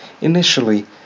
Initially